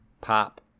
pop